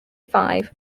five